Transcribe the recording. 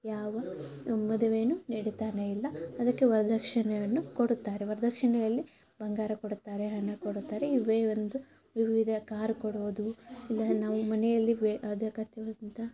ಯಾವ ಮದುವೆಯೂ ನಡಿತಾನೇ ಇಲ್ಲ ಅದಕ್ಕೆ ವರದಕ್ಷಿಣೆವನ್ನು ಕೊಡುತ್ತಾರೆ ವರದಕ್ಷಿಣೆಯಲ್ಲಿ ಬಂಗಾರ ಕೊಡುತ್ತಾರೆ ಹಣ ಕೊಡುತ್ತಾರೆ ಇವೇ ಒಂದು ವಿವಿಧ ಕಾರ್ ಕೊಡೋದು ಇಲ್ಲ ನಾವು ಮನೆಯಲ್ಲಿ ವೇ ಅಂತ